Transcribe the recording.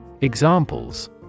Examples